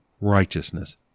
righteousness